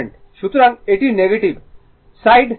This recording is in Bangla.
সুতরাং এটি নেগেটিভ সাইড থাকবে